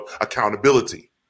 accountability